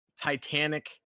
Titanic